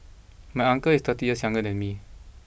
my uncle is thirty years younger than me